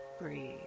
Breathe